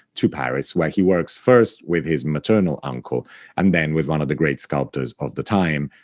to paris, where he works first with his maternal uncle and then with one of the great sculptors of the time,